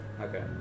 Okay